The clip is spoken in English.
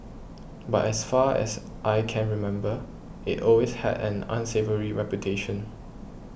but as far as I can remember it always had an unsavoury reputation